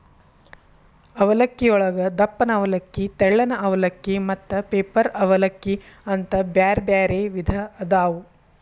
ಅವಲಕ್ಕಿಯೊಳಗ ದಪ್ಪನ ಅವಲಕ್ಕಿ, ತೆಳ್ಳನ ಅವಲಕ್ಕಿ, ಮತ್ತ ಪೇಪರ್ ಅವಲಲಕ್ಕಿ ಅಂತ ಬ್ಯಾರ್ಬ್ಯಾರೇ ವಿಧ ಅದಾವು